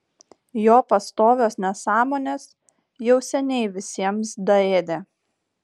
jo pastovios nesąmonės jau seniai visiems daėdė